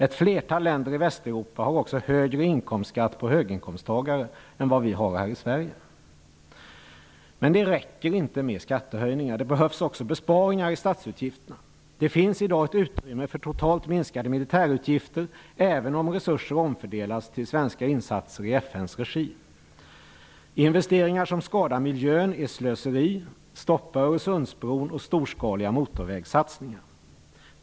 Ett flertal länder i Västeuropa har också högre inkomstskatt för höginkomsttagare än vi har här i Det räcker dock inte med skattehöjningar. Det behövs också besparingar i statsutgifterna. Det finns i dag ett utrymme för totalt minskade militärutgifter, även om resurser omfördelas till svenska insatser i FN:s regi. Investeringar som skadar miljön innebär slöseri. Vi bör därför stoppa Öresundsbron och storskaliga motorvägssatsningar.